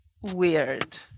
weird